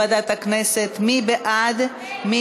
לא